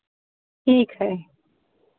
ठीक है